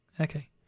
Okay